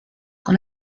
con